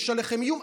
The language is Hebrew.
יש עליכם איום,